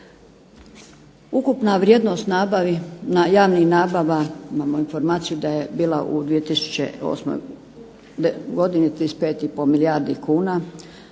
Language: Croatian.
Ukupna vrijednost javnih nabava imamo informaciju da je bila u 2008.godini 35,5 milijardi kuna